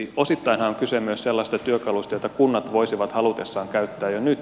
osittainhan on kyse myös sellaisesta työkalusta jota kunnat voisivat halutessaan käyttää jo nyt